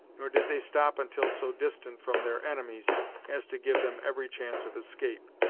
nor did they stop until so distant from their enemies as to give them every chance of escape,